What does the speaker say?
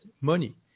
money